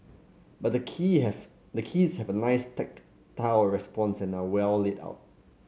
but the key have the keys have a nice tactile response and are well laid out